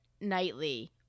nightly